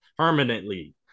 Permanently